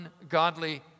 ungodly